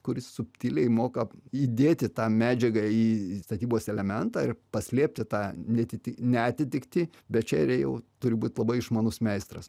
kuris subtiliai moka įdėti tą medžiagą į į statybos elementą ir paslėpti tą neatiti neatitiktį bet čia rei jau turi būt labai išmanus meistras